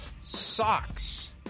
socks